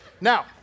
Now